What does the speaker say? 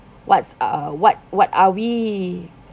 what's uh what what are we